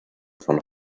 von